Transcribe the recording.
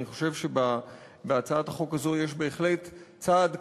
אני חושב שבהצעת החוק הזאת יש בהחלט צעד קדימה,